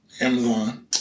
Amazon